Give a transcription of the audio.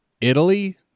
Italy